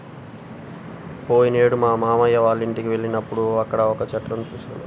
పోయినేడు మా మావయ్య వాళ్ళింటికి వెళ్ళినప్పుడు అక్కడ వక్క చెట్లను చూశాను